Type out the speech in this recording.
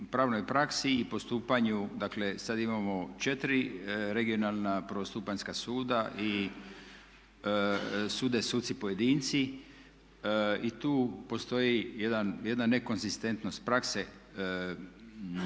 pravnoj praksi i postupanju. Dakle, sad imamo 4 regionalna prvostupanjska suda i sude suci pojedinci. Tu postoji jedna nekonzistentnost prakse